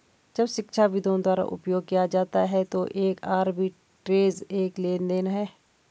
जब शिक्षाविदों द्वारा उपयोग किया जाता है तो एक आर्बिट्रेज एक लेनदेन है